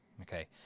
Okay